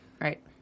right